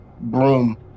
broom